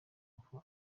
ngufu